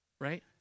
Right